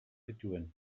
zituen